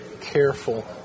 careful